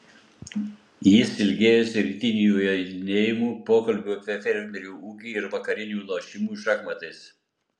jis ilgėjosi rytinių jodinėjimų pokalbių apie fermerių ūkį ir vakarinių lošimų šachmatais